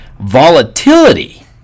volatility